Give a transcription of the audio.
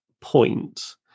point